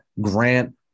Grant